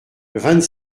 vingt